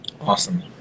Awesome